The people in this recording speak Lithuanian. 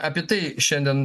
apie tai šiandien